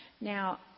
now